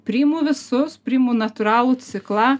priimu visus priimu natūralų ciklą